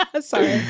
sorry